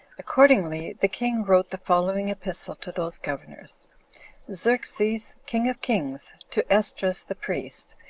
accordingly, the king wrote the following epistle to those governors xerxes, king of kings, to esdras the priest,